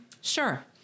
Sure